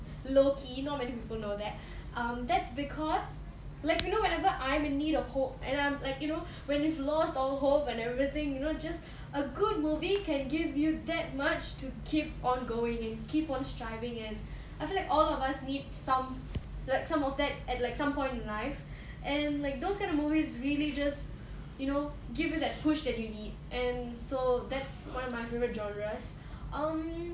low key not many people know that um that's because like you know whenever I'm in need of hope and I'm like you know when you lost all hope and everything you know just a good movie can give you that much to keep on going and keep on striving and I feel like all of us need some like some of that at some point in life and like those kind of movies really just you know give you that push that you need and so that's one of my favorite genres um